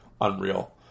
unreal